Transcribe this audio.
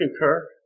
concur